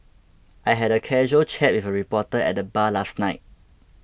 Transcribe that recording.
I had a casual chat with a reporter at the bar last night